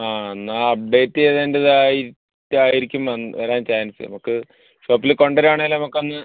ആ എന്നാൽ അപ്ഡേറ്റ് ചെയ്തതിൻ്റേതായിട്ട് ആയിരിക്കും വരാൻ ചാൻസ് നമുക്ക് ഷോപ്പിൽ കൊണ്ടുവരികയാണെങ്കിൽ നമുക്കൊന്ന്